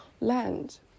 land